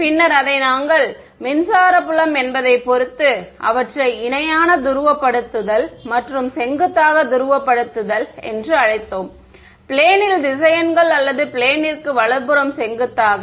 பின்னர் அதை நாங்கள் மின்சார புலம் என்பதைப் பொறுத்து அவற்றை இணையான துருவப்படுத்தல் மற்றும் செங்குத்தாக துருவப்படுத்தல் என்று அழைத்தோம் பிளேன்ல் வெக்டர் கள் அல்லது பிளேன்ற்கு வலதுபுறம் செங்குத்தாக